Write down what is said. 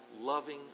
loving